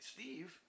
Steve